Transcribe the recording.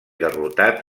derrotat